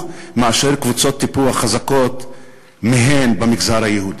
מאשר קבוצות טיפוח חזקות מהן במגזר היהודי?